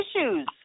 issues